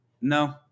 no